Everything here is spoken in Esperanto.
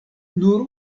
nur